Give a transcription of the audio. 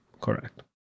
Correct